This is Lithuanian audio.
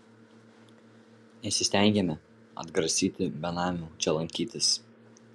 nesistengiame atgrasyti benamių čia lankytis